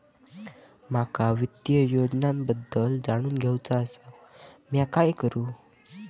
माका वित्तीय योजनांबद्दल जाणून घेवचा आसा, म्या काय करू?